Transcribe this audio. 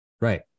right